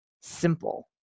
simple